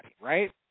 right